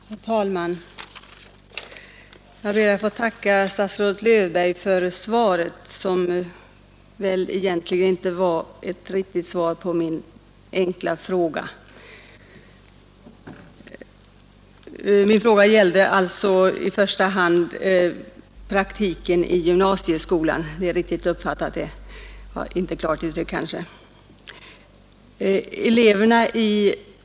Herr talman! Jag ber att få tacka statsrådet Löfberg för svaret, som väl egentligen inte var ett riktigt svar på min enkla fråga. Min fråga gällde i första hand praktiken i gymnasieskolan. Det är riktigt uppfattat. Det var kanske inte riktigt klart uttryckt.